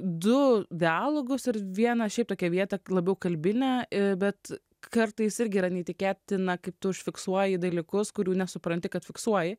du dialogus ir vieną šiaip tokią vietą labiau kalbinę ir bet kartais irgi yra neįtikėtina kaip tu užfiksuoji dalykus kurių nesupranti kad fiksuoji